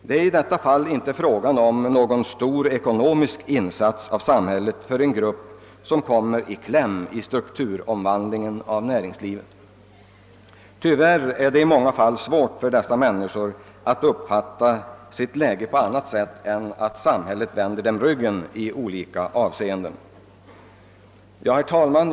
Det är i detta fall inte fråga om någon stor ekonomisk insats av samhället för en grupp som kommit i kläm i strukturomvandlingen av näringslivet. Tyvärr är det i många fall svårt för dessa människor att uppfatta sitt läge på annat sätt än att samhället vänder dem ryggen i olika avseenden. Herr talman!